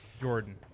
Jordan